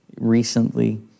recently